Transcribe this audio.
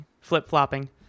flip-flopping